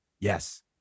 Yes